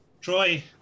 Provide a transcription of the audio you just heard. Troy